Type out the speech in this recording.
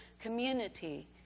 community